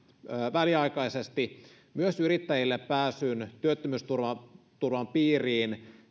väliaikaisesti myös yrittäjille pääsyn työttömyysturvan piiriin